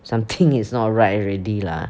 something is not right already lah